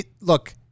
Look